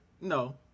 No